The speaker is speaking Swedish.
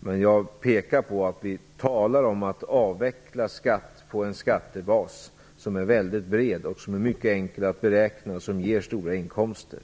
Men jag vill peka på att vi talar om att avveckla skatt på en skattebas som är väldigt bred, mycket enkel att beräkna och som dessutom ger stora inkomster